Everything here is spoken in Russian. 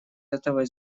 этого